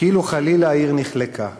כאילו חלילה העיר נחלקה.